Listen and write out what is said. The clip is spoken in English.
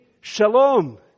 shalom